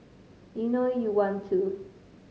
you know you want to